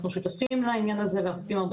אנחנו שותפים לעניין הזה ואנחנו עובדים הרבה